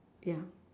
ya